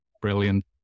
Brilliant